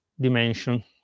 dimension